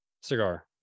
Cigar